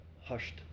hushed